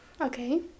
Okay